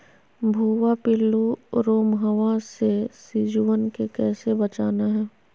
भुवा पिल्लु, रोमहवा से सिजुवन के कैसे बचाना है?